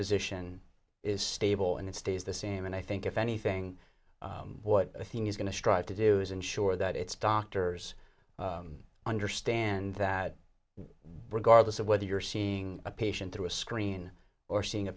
physician is stable and it stays the same and i think if anything what i think is going to strive to do is ensure that it's doctors understand that regardless of whether you're seeing a patient through a screen or seeing a